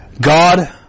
God